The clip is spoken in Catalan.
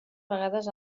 vegades